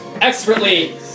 expertly